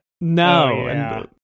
No